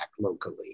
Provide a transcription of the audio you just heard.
locally